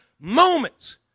moments